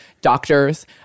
doctors